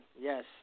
Yes